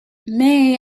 may